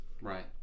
right